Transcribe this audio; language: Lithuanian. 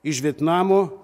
iš vietnamo